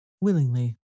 Willingly